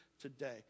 today